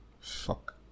fuck